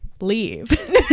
leave